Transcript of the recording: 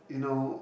you know